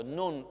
non